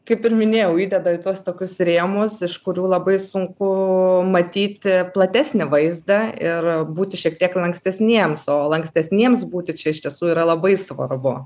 kaip ir minėjau įdeda į tuos tokius rėmus iš kurių labai sunku matyti platesnį vaizdą ir būti šiek tiek lankstesniems o lankstesniems būti čia iš tiesų yra labai svarbu